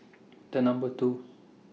The Number two